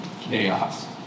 Chaos